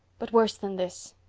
but worse than this,